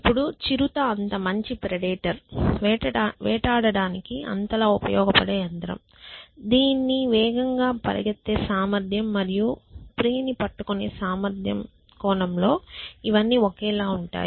ఇప్పుడు చిరుత అంత మంచి ప్రెడేటర్ వేటాడడానికి అంత లా ఉపయోగపడే యంత్రం దీని వేగంగా పరుగెథె సామర్థ్యం మరియు ప్రే ని పట్టుకునే సామర్థ్యం కోణంలో ఇవన్నీ ఒకేలా ఉంటాయి